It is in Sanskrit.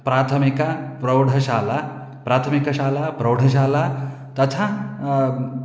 प्राथमिक प्रौढशाला प्राथमिकशाला प्रौढशाला तथा